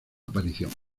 aparición